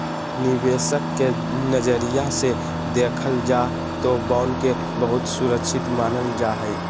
निवेशक के नजरिया से देखल जाय तौ बॉन्ड के बहुत सुरक्षित मानल जा हइ